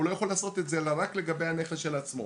הוא לא יכול לעשות את זה אלא רק לגבי הנכס של עצמו.